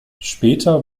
später